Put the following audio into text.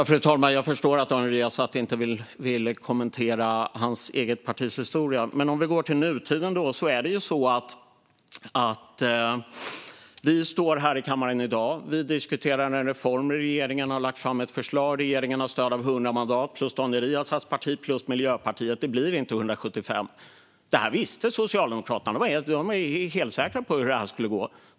Fru talman! Jag förstår att Daniel Riazat inte vill kommentera sitt eget partis historia. Men om vi går till nutiden är det ju så att vi står här i kammaren i dag och diskuterar en reform. Regeringen har lagt fram ett förslag som har stöd av 100 mandat plus Daniel Riazats parti plus Miljöpartiet. Det blir inte 175. Det här visste Socialdemokraterna. De var helsäkra på hur det här skulle gå.